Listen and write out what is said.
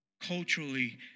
culturally